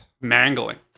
mangling